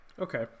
Okay